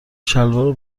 شلوارو